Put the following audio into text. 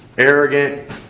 arrogant